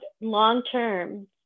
long-term